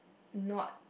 not